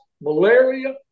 malaria